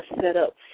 setup